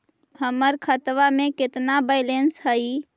हमर खतबा में केतना बैलेंस हई?